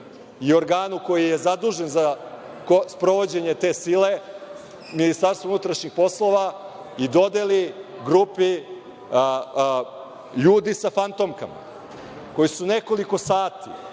i organu koji je zadužen za sprovođenje te sile, Ministarstvu unutrašnjih poslova, i dodeli grupi ljudi sa fantomkama, koji su nekoliko sati